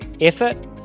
effort